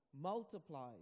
multiplies